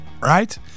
right